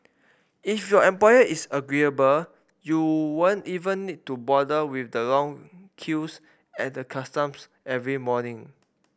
if your employer is agreeable you won't even need to bother with the long queues at the customs every morning